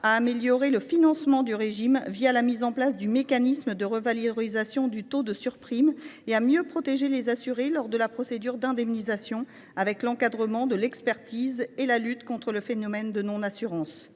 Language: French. renforcer le financement du régime, un mécanisme de revalorisation du taux de surprime, et mieux protéger les assurés lors de la procédure d’indemnisation, par l’encadrement de l’expertise et la lutte contre le phénomène de non assurance.